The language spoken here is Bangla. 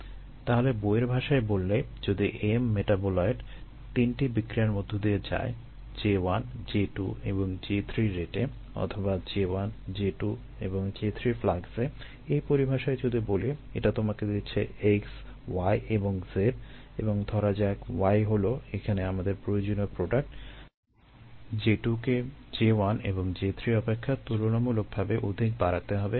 তাহলে বইয়ের ভাষায় বললে যদি M মেটাবোলাইট 3টি বিক্রিয়ার মধ্য দিয়ে যায় J1 J2 এবং J3 রেটে অথবা J1 J2 এবং J3 ফ্লাক্সে এই পরিভাষায় যদি বলি এটা তোমাকে দিচ্ছে X Y এবং Z এবং ধরা যাক Y হলো এখানে আমাদের প্রয়োজনীয় প্রোডাক্ট J2 কে J1 এবং J3 অপেক্ষা তুলনামূলকভাবে অধিক বাড়াতে হবে